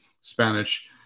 Spanish